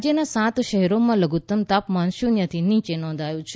રાજયના સાત શહેરોમાં લઘુતમ તાપમાન શુન્યથી નીચે નોંધાયું છે